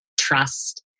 trust